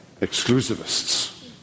exclusivists